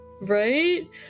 Right